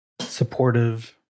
supportive